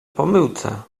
pomyłce